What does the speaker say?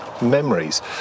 memories